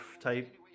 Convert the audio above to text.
type